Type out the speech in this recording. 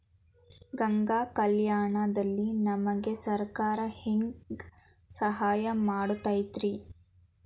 ಗಂಗಾ ಕಲ್ಯಾಣ ದಲ್ಲಿ ನಮಗೆ ಸರಕಾರ ಹೆಂಗ್ ಸಹಾಯ ಕೊಡುತೈತ್ರಿ?